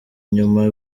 nyuma